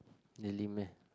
really meh